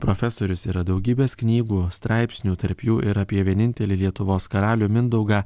profesorius yra daugybės knygų straipsnių tarp jų ir apie vienintelį lietuvos karalių mindaugą